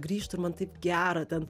grįžtu ir man taip gera ten